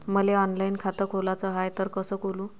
मले ऑनलाईन खातं खोलाचं हाय तर कस खोलू?